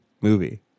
movie